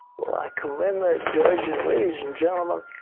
i commend the judge. and ladies and gentlemen,